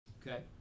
Okay